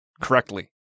correctly